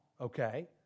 okay